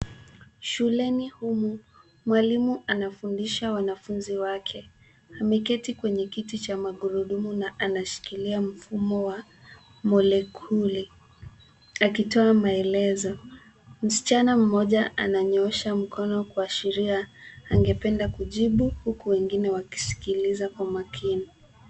Shuleni humu, mwalimu anafundisha wanafunzi wake. Ameketi kwenye kiti cha magurudumu na anashikilia mfumo wa molecule akitoa maelezo. Msichana mmoja ananyoosha mkono kuashiria angependa kujibu, huku wengine wakisikiliza kwa makini.